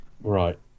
Right